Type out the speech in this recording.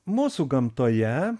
mūsų gamtoje